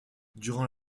durant